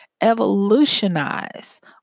evolutionize